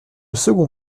second